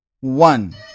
One